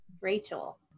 Rachel